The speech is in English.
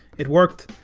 it worked.